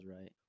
right